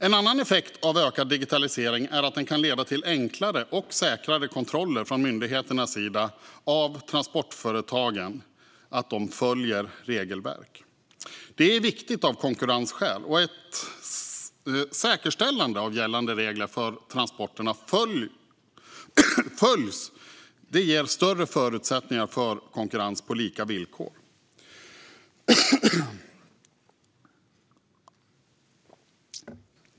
En annan effekt av en ökad digitalisering är att den kan leda till enklare och säkrare kontroller från myndigheternas sida av att transportföretagen följer regelverk. Detta är viktigt av konkurrensskäl. Ett säkerställande av att gällande regler för transporterna följs ger större förutsättningar för konkurrens på lika villkor.